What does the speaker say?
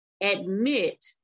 admit